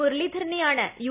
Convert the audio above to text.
മുരളീധരനെയാണ് U